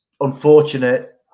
unfortunate